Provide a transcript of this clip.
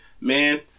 Man